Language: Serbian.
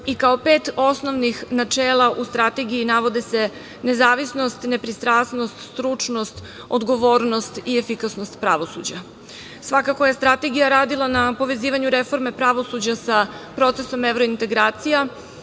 i kao pet osnovnih načela u Strategiji navode se nezavisnost, nepristrasnost, stručnost, odgovornost i efikasnost pravosuđa. Svakako je Strategija radila na povezivanju reforme pravosuđa sa procesom evrointegracija,